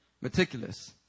meticulous